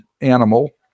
animal